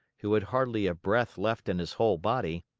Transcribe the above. who had hardly a breath left in his whole body.